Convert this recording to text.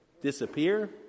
disappear